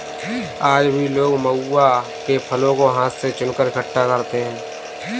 आज भी लोग महुआ के फलों को हाथ से चुनकर इकठ्ठा करते हैं